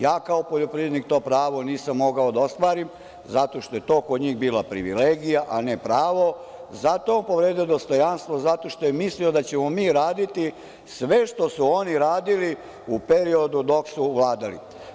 Ja kao poljoprivrednik to pravo nisam moga da ostvarim zato što je to kod njih bila privilegija, a ne pravo, zato je on povredio dostojanstvo, zato što je mislio da ćemo mi raditi sve što su oni radili u periodu dok su vladali.